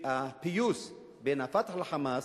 והפיוס בין ה"פתח" ל"חמאס"